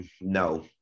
no